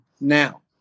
now